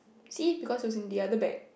see because it's in the other bag